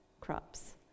crops